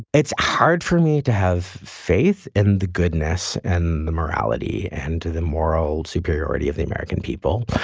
it's hard for me to have faith in the goodness and the morality and to the moral superiority of the american people.